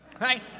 right